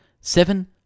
Seven